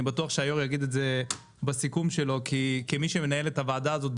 ואני בטוח שהיושב-ראש יגיד את זה בסיכום שלו כמי שמנהל את הוועדה הזו,